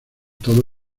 todo